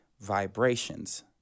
vibrations